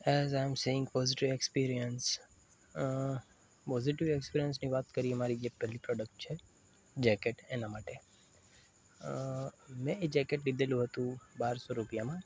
as I am saying positive experience positive એક્સપિરિયન્સની વાત કરીએ મારી જે પહેલી પ્રોડક્ટ છે જૅકેટ એના માટે મેં એ જેકેટ લીધેલું હતું બારસો રૂપિયામાં